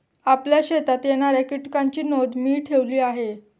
आपल्या शेतात येणाऱ्या कीटकांची नोंद मी ठेवली आहे